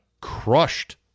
crushed